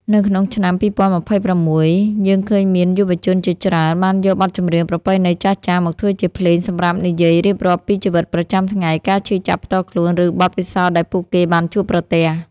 នៅក្នុងឆ្នាំ ២០២៦ យើងឃើញមានយុវជនជាច្រើនបានយកបទចម្រៀងប្រពៃណីចាស់ៗមកធ្វើជាភ្លេងសម្រាប់និយាយរៀបរាប់ពីជីវិតប្រចាំថ្ងៃ ការឈឺចាប់ផ្ទាល់ខ្លួន ឬបទពិសោធន៍ដែលពួកគេបានជួបប្រទះ។